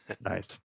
Nice